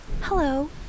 hello